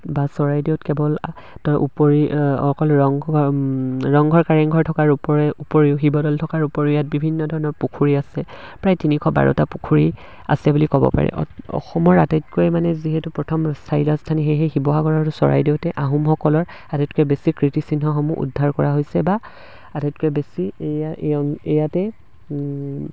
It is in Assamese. বা চৰাইদেউত কেৱল তাৰ উপৰি অকল ৰংঘ ৰংঘৰ কাৰেংঘৰ থকাৰ ওপৰে উপৰিও শিৱদৌল থকাৰ উপৰিও ইয়াত বিভিন্ন ধৰণৰ পুখুৰী আছে প্ৰায় তিনিশ বাৰটা পুখুৰী আছে বুলি ক'ব পাৰে অসমৰ আটাইতকৈ মানে যিহেতু প্ৰথম স্থায়ী ৰাজধানী সেই সেই শিৱসাগৰৰ চৰাইদেউতে আহোমসকলৰ আটাইতকৈ বেছি কীৰ্তিচিহ্নসমূহ উদ্ধাৰ কৰা হৈছে বা আটাইতকৈ বেছি এয়া ইয়াতেই